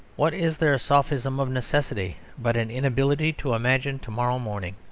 what is their sophism of necessity but an inability to imagine to-morrow morning?